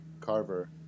Carver